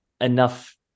enough